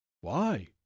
Why